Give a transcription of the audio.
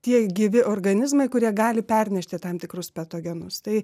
tie gyvi organizmai kurie gali pernešti tam tikrus patogenus tai